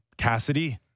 Cassidy